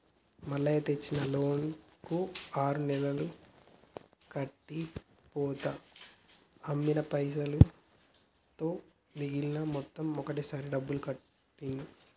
మల్లయ్య తెచ్చిన లోన్ కు ఆరు నెలలు కట్టి పోతా అమ్మిన పైసలతో మిగిలిన మొత్తం ఒకటే సారి డబ్బులు కట్టిండు